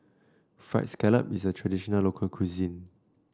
fried scallop is a traditional local cuisine